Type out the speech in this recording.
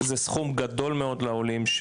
זה סכום גדול מאוד לעולים,